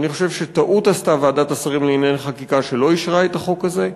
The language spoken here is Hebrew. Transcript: אני חושב שטעות עשתה ועדת השרים לענייני חקיקה שלא אישרה את החוק הזה.